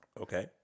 Okay